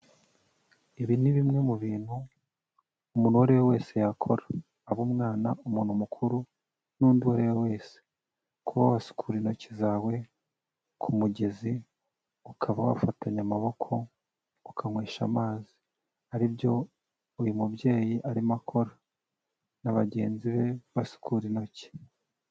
Ibi ni bimwe mu bintu umuntu uwo we wese yakora, abe umwana, umuntu mukuru, n'undi uwo ari we wese, kuba wasukura intoki zawe ku mugezi, ukaba wafatanya amaboko ukanywesha amazi, ari byo uyu mubyeyi arimo akora na bagenzi be basukura intoki.